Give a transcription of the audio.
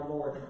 Lord